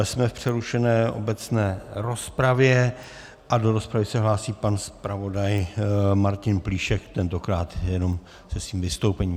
Jsme v přerušené obecné rozpravě a do rozpravy se hlásí pan zpravodaj Martin Plíšek, tentokrát jenom se svým vystoupením.